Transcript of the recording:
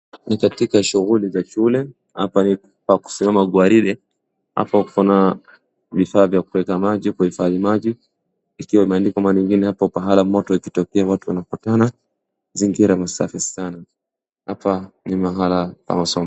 Ni katika shughuli za shule. Hapa ni pa kusimama ngwarinde, hapo kuna vifaa vya kueka maji, kuhifadhi maji ikwa imeandikwa mahali ingine hapo pahala moto ikitokea watu wanapatana. Mazingira safi sana, hapa ni mahala pa masomo.